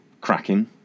cracking